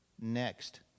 next